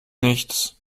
nichts